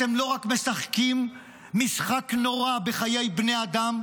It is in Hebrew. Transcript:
אתם לא רק משחקים משחק נורא בחיי בני אדם,